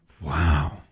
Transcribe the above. Wow